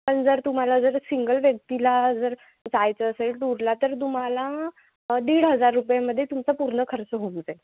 पण जर तुम्हाला जर सिंगल व्यक्तीला जर जायचं असेल टूरला तर तुम्हाला दीड हजार रुपयेमध्ये तुमचं पूर्ण खर्च होऊन जाईल